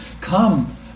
Come